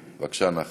בבקשה, נחמן.